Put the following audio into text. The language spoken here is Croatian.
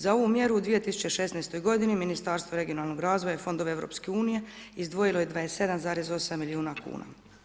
Za ovu mjeru u 2016. godini Ministarstvo regionalnog razvoja i fondova EU izdvojilo je 27,8 milijuna kuna.